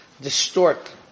distort